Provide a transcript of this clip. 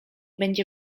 będzie